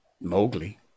Mowgli